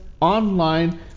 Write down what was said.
online